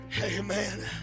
amen